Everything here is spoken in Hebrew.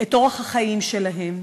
את אורח החיים שלהם,